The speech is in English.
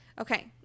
Okay